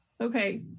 Okay